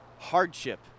hardship